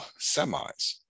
semis